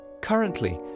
Currently